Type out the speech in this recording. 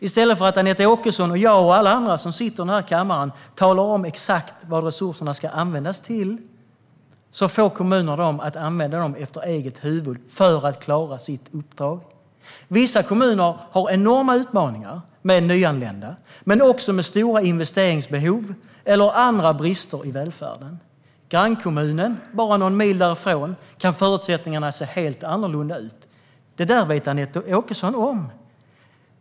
I stället för att Anette Åkesson, jag och alla andra som sitter i den här kammaren talar om exakt vad resurserna ska användas till får kommunerna använda dem efter eget huvud för att klara sitt uppdrag. Vissa kommuner har enorma utmaningar med nyanlända men också med stora investeringsbehov och brister i välfärden. I grannkommunen bara någon mil därifrån kan förutsättningarna se helt annorlunda ut. Det vet Anette Åkesson.